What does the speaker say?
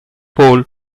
paul